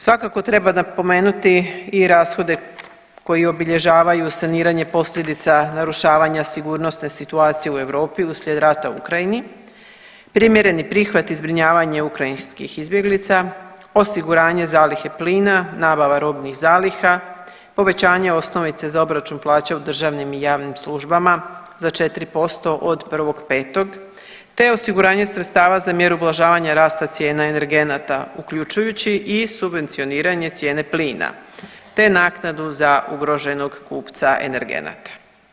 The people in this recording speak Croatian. Svakako treba napomenuti i rashode koji obilježavaju saniranje posljedica narušavanja sigurnosne situacije u Europi uslijed rata u Ukrajini, primjereni prihvat i zbrinjavanje ukrajinskih izbjeglica, osiguranje zalihe plina, nabava robnih zaliha, povećanje osnovice za obračun plaća u državnim i javnim službama za 4% od 1.5. te osiguranje sredstava za mjeru ublažavanja rasta cijena energenata, uključujući i subvencioniranje cijene plina te naknadu za ugroženog kupca energenata.